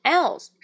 else